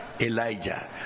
Elijah